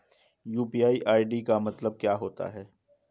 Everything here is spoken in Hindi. यू.पी.आई आई.डी का मतलब क्या होता है?